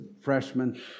freshman